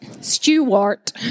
Stewart